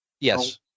Yes